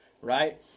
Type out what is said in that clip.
right